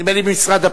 נדמה לי משרד הפנים.